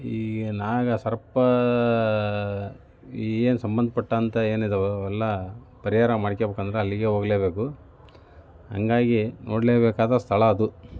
ಈ ನಾಗ ಸರ್ಪ ಏನು ಸಂಬಂಧಪಟ್ಟಂತೆ ಏನಿದ್ದಾವೋ ಎಲ್ಲ ಪರಿಹಾರ ಮಾಡ್ಕೊಬೇಕೆಂದ್ರೆ ಅಲ್ಲಿಗೆ ಹೋಗ್ಲೇಬೇಕು ಹಾಗಾಗಿ ನೋಡ್ಲೇಬೇಕಾದ ಸ್ಥಳ ಅದು